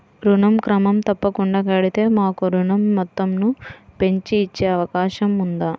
ఋణం క్రమం తప్పకుండా కడితే మాకు ఋణం మొత్తంను పెంచి ఇచ్చే అవకాశం ఉందా?